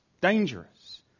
dangerous